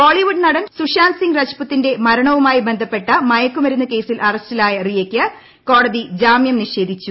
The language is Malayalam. ബോളിവുഡ് നടൻ സുശാന്ത് സിംഗ് രജ്പുത്തിന്റെ മരണവുമായി ബന്ധപ്പെട്ട മയക്കുമരുന്ന് ക്രേസിൽ അറസ്റ്റിലായ റിയയ്ക്ക് കോടതി ജാമ്യം നിഷേധിച്ചു